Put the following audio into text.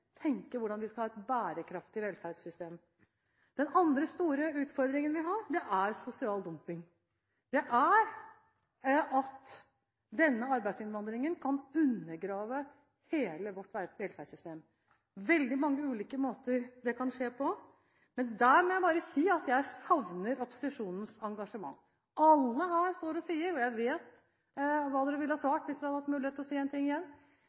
hvordan vi skal ha et bærekraftig velferdssystem. Den andre store utfordringen vi har, er sosial dumping, at arbeidsinnvandringen kan undergrave hele vårt velferdssystem. Det er veldig mange ulike måter det kan skje på, men der må jeg bare si at jeg savner opposisjonens engasjement. Alle her står og sier – og jeg vet hva dere ville ha svart hvis dere hadde hatt mulighet til å si noe igjen